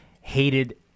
hated